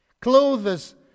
Clothes